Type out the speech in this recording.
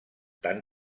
tan